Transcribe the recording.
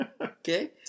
Okay